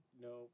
no